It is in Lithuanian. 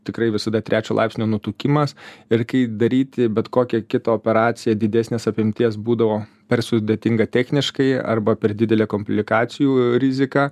tikrai visada trečio laipsnio nutukimas ir kai daryti bet kokią kitą operaciją didesnės apimties būdavo per sudėtinga techniškai arba per didelė komplikacijų rizika